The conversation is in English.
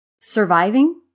Surviving